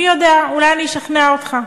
מי יודע, אולי אני אשכנע אותך.